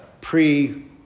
pre-